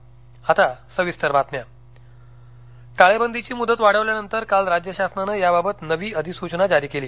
राज्य अधिसचना टाळेबंदीची मुदत वाढवल्यानंतर काल राज्य शासनानं याबाबत नवी अधिसूचना जारी केली